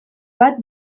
bat